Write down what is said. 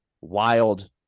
wild